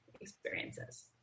experiences